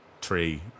three